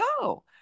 go